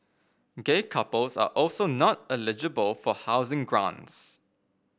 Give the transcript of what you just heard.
gay couples are also not eligible for housing grants